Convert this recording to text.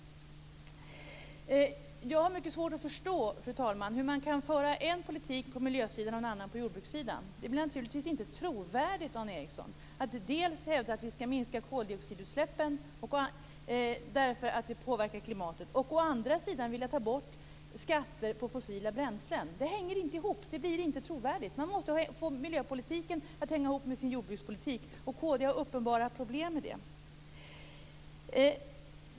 Jag har mycket svårt att förstå, fru talman, hur man kan föra en politik på miljösidan och en annan på jordbrukssidan. Det blir naturligtvis inte trovärdigt, Dan Ericsson, att å ena sidan hävda att vi skall minska koldioxidutsläppen därför att de påverkar klimatet och å andra sidan vilja ta bort skatter på fossila bränslen. Det hänger inte ihop. Det blir inte trovärdigt. Man måste få miljöpolitiken att hänga ihop med jordbrukspolitiken, och kd har uppenbara problem med det.